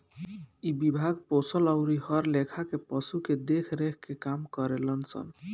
इ विभाग पोसल अउरी हर लेखा के पशु के देख रेख के काम करेलन सन